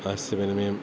ആശയ വിനിമയം